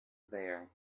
there